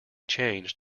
changed